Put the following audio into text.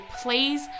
please